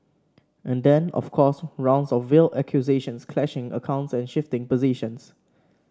and then of course rounds of veiled accusations clashing accounts and shifting positions